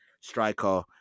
striker